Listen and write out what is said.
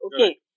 okay